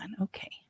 okay